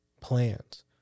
plans